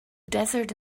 desert